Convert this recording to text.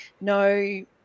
no